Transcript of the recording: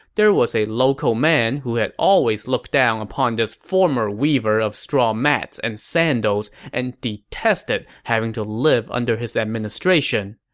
there was a local man who had always looked down upon this former weaver of straw mats and sandals and detested having to live under his administration.